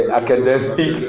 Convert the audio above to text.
academic